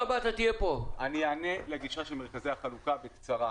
אני אענה לגישה של מרכזי החלוקה בקצרה.